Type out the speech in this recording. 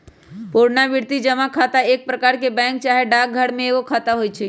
पुरनावृति जमा खता एक प्रकार के बैंक चाहे डाकघर में एगो खता होइ छइ